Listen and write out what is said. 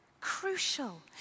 Crucial